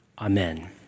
Amen